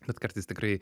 bet kartais tikrai